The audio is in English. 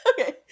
Okay